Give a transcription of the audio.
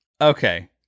Okay